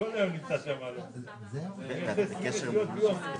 תשאל אותם.